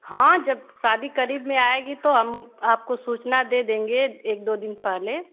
हाँ तो जब शादी क़रीब में आएगी तो हम आपको सूचना दे देंगे एक दो दिन पहले